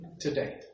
today